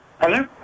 Hello